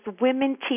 women